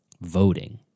voting